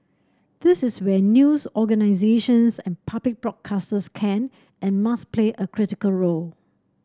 this is where news organisations and public broadcasters can and must play a critical role